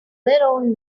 little